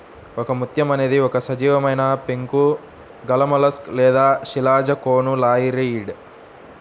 ఒకముత్యం అనేది ఒక సజీవమైనపెంకు గలమొలస్క్ లేదా శిలాజకోనులారియిడ్